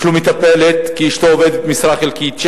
יש מטפלת כי אשתו עובדת במשרה חלקית,